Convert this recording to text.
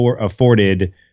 afforded